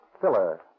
filler